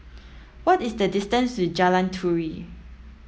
what is the distance to Jalan Turi